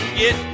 get